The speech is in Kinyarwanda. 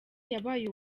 yabaye